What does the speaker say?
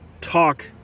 talk